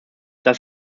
das